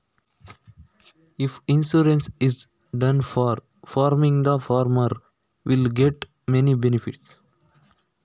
ಬೇಸಾಯಕ್ಕೆ ಇನ್ಸೂರೆನ್ಸ್ ಮಾಡಿದ್ರೆ ರೈತನಿಗೆ ಎಂತೆಲ್ಲ ಉಪಕಾರ ಇರ್ತದೆ?